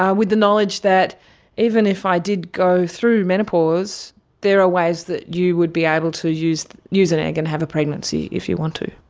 with the knowledge that even if i did go through menopause there are ways that you would be able to use use an egg and have a pregnancy if you want to.